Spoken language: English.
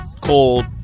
cold